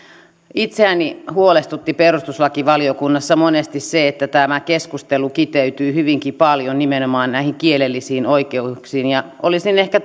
itseäni huolestutti perustuslakivaliokunnassa monesti se että tämä keskustelu kiteytyi hyvinkin paljon nimenomaan näihin kielellisiin oikeuksiin ja olisin ehkä